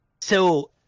so-